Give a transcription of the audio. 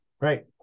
right